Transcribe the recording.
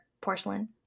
porcelain